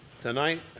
tonight